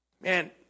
Man